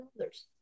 others